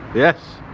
yes.